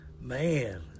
Man